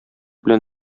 белән